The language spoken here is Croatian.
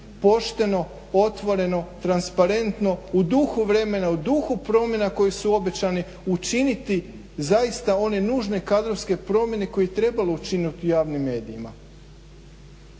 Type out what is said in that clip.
pošteno, otvoreno, transparentno u duhu vremena, u duhu promjena koje su obećani učiniti one nužne kadrovske promjene koje je trebalo učiniti u javnim medijima.